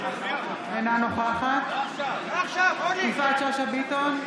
אינה נוכחת יפעת שאשא ביטון,